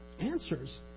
answers